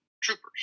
troopers